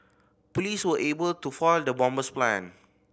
police were able to foil the bomber's plan